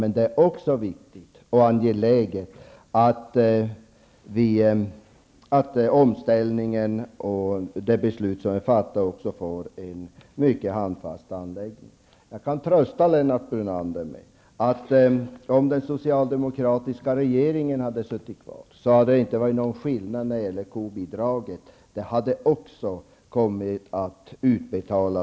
Men det är också angeläget att omställningen och det beslut som är fattat genomförs på ett handfast sätt. Jag kan trösta Lennart Brunander med att det inte hade varit någon skillnad när det gäller kobidraget om den socialdemokratiska regeringen hade suttit kvar.